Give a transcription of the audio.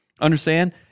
Understand